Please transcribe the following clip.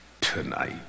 tonight